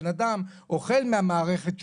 בן אדם אוכל מן המערכת,